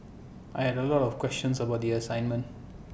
I had A lot of questions about the assignment